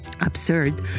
absurd